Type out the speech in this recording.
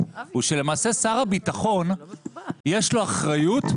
הוא שלמעשה לשר הביטחון יש אחריות,